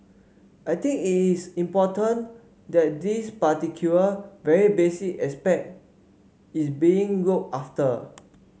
I think it's important that this particular very basic aspect is being looked after